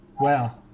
Wow